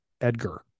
edgar